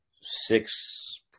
six